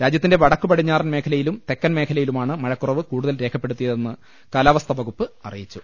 രാജ്യത്തിന്റെ വടക്കു പടിഞ്ഞാറൻ മേഖലയിലും തെക്കൻ മേഖലയിലുമാണ് മഴക്കു റവ് കൂടുതൽ രേഖപ്പെടുത്തിയതെന്ന് കാലാവസ്ഥിവകുപ്പ് അറി യിച്ചു